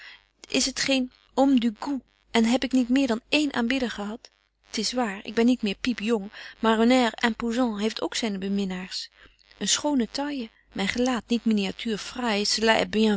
is t geen homme du gout en heb ik niet meer dan één aanbidder gehad t is waar ik ben niet meer piep jong maar un air imposant heeft ook zyne beminnaars een schone taille myn gelaat niet